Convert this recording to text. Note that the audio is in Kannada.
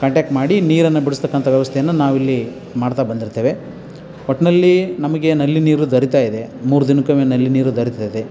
ಕಾಂಟ್ಯಾಕ್ಟ್ ಮಾಡಿ ನೀರನ್ನು ಬಿಡಿಸ್ತಕ್ಕಂಥ ವ್ಯವಸ್ಥೆಯನ್ನು ನಾವಿಲ್ಲಿ ಮಾಡ್ತಾ ಬಂದಿರ್ತೇವೆ ಒಟ್ಟಿನಲ್ಲಿ ನಮಗೆ ನಲ್ಲಿ ನೀರು ದೊರೀತಾಯಿದೆ ಮೂರು ದಿನಕ್ಕೊಮ್ಮೆ ನಲ್ಲಿ ನೀರು ದೊರೀತದೆ